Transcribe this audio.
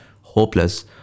hopeless